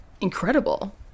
Incredible